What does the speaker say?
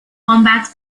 wombat